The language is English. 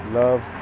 love